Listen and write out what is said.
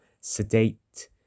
sedate